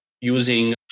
using